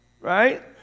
Right